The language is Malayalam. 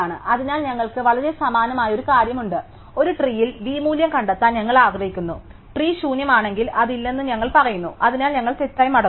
അതിനാൽ ഞങ്ങൾക്ക് വളരെ സമാനമായ ഒരു കാര്യമുണ്ട് അതിനാൽ ഒരു ട്രീയിൽ V മൂല്യം കണ്ടെത്താൻ ഞങ്ങൾ ആഗ്രഹിക്കുന്നു ട്രീ ശൂന്യമാണെങ്കിൽ അത് ഇല്ലെന്ന് ഞങ്ങൾ പറയുന്നു അതിനാൽ ഞങ്ങൾ തെറ്റായി മടങ്ങുന്നു